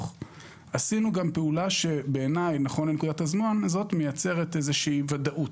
עשינו גם פעולה שבעיניי מייצרת איזו ודאות.